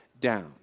down